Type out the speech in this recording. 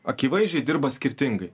akivaizdžiai dirba skirtingai